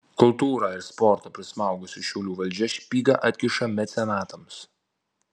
kultūrą ir sportą prismaugusi šiaulių valdžia špygą atkiša mecenatams